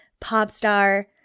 Popstar